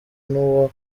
n’uwo